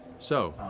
so,